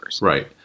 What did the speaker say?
Right